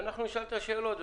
ואנחנו נשאל את השאלות.